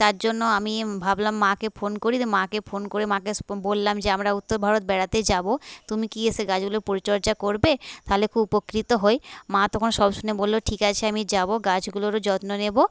তার জন্য আমি ভাবলাম মাকে ফোন করি তো মাকে ফোন করে মাকে বললাম যে আমরা উত্তর ভারত বেড়াতে যাবো তুমি কি এসে গাছগুলো পরিচর্যা করবে তাহলে খুব উপকৃত হই মা তখন সব শুনে বললো ঠিক আছে আমি যাবো গাছগুলোরও যত্ন নেবো